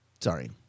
Sorry